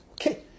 Okay